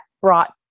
brought